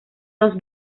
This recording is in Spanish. dos